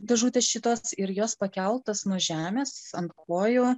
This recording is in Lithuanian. dėžutės šituos ir jos pakeltas nuo žemės ant kojų